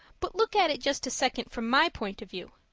but look at it just a second from my point of view.